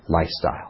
lifestyle